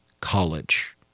college